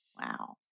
Wow